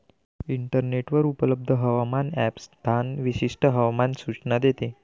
इंटरनेटवर उपलब्ध हवामान ॲप स्थान विशिष्ट हवामान सूचना देते